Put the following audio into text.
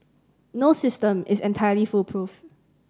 no system is entirely foolproof